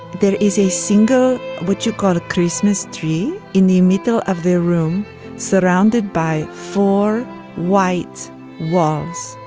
there is a single what you call a christmas tree in the middle of their room surrounded by four white walls.